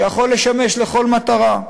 שיכול לשמש לכל מטרה.